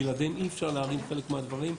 בלעדיהם אי אפשר להרים חלק מהדברים.